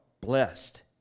blessed